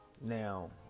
now